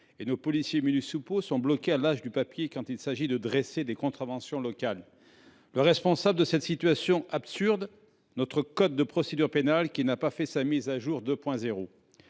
nos policiers municipaux sont bloqués à l’âge du papier quand il s’agit de dresser des contraventions locales. Quel est le responsable de cette situation absurde ? Notre code de procédure pénale, qui n’a pas fait sa mise à jour « 2.0